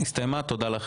הישיבה ננעלה בשעה